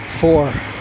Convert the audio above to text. four